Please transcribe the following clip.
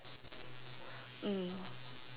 mm